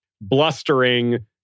blustering